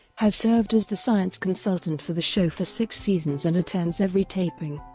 has served as the science consultant for the show for six seasons and attends every taping.